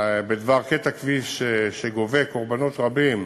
בדבר קטע כביש שגובה קורבנות רבים